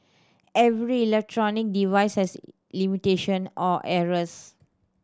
every electronic device has limitation or errors